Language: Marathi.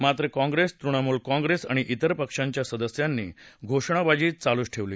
मात्र काँप्रेस तृणमूल काँप्रेस अणि त्विर पक्षांच्या सदस्यांनी घोषणाबाजी चालूच ठेवली